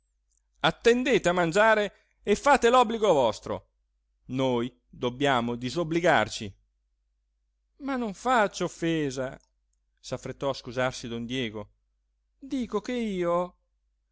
attendete a mangiare e fate l'obbligo vostro noi dobbiamo disobbligarci ma non faccio offesa s'affrettò a scusarsi don diego dico che io